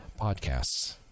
Podcasts